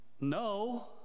No